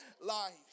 life